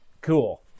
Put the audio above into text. Cool